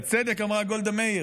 בצדק אמרה גולדה מאיר,